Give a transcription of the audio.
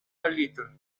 little